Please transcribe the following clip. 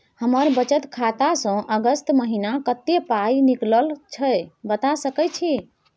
हमर बचत खाता स अगस्त महीना कत्ते पाई निकलल छै बता सके छि?